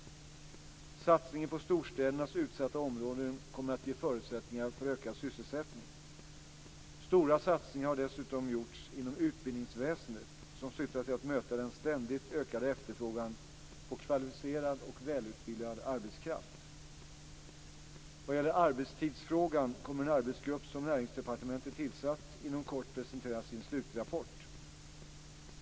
Satsningen på storstädernas utsatta områden kommer att ge förutsättningar för ökad sysselsättning. Stora satsningar har dessutom gjorts inom utbildningsväsendet, som syftar till att möta den ständigt ökade efterfrågan på kvalificerad och välutbildad arbetskraft. Vad gäller arbetstidsfrågan kommer en arbetsgrupp som Näringsdepartementet tillsatt inom kort att presentera sin slutrapport.